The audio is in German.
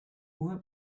uhr